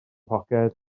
poced